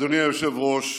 אדוני היושב-ראש,